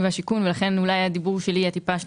והשיכון ולכן אולי הדיבור שלי יהיה שונה.